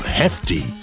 hefty